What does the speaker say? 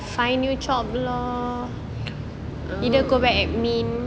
oh